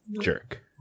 jerk